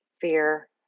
fear